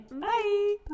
Bye